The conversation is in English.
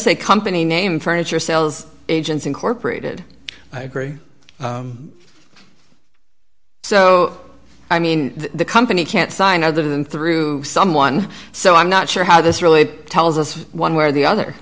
say company name furniture sales agents incorporated i agree so i mean the company can't sign other than through someone so i'm not sure how this really tells us one way or the other